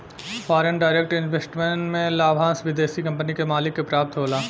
foreign direct investment में लाभांस विदेशी कंपनी के मालिक के प्राप्त होला